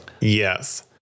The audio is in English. Yes